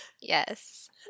Yes